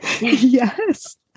Yes